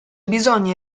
bisogna